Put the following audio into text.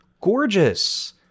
gorgeous